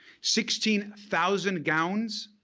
sixteen thousand gowns,